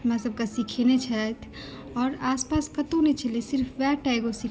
सभक सीखेने छथि आओर आसपास कतौ नहि छलै वएह टा एगो सीखबै छथिन